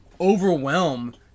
overwhelm